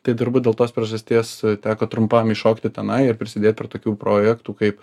tai turbūt dėl tos priežasties teko trumpam įšokti tenai ir prisidėt prie tokių projektų kaip